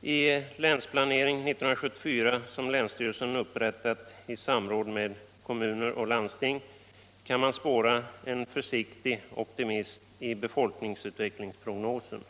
delen av Kalmar I Länsplanering 1974, som länsstyrelsen upprättat i samråd med kom = län muner och landsting, kan man spåra en försiktig optimism i befolkningsutvecklingsprognosen.